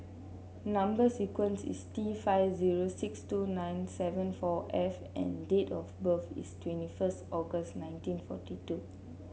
number sequence is T five zero six two nine seven four F and date of birth is twenty first August nineteen forty two